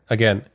Again